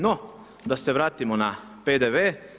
No, da se vratimo na PDV.